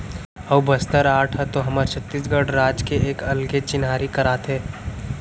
अऊ बस्तर आर्ट ह तो हमर छत्तीसगढ़ राज के एक अलगे चिन्हारी कराथे